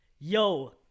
Yo